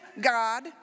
God